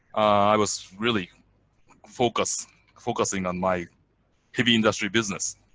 i was really focusing focusing on my heavy industry business.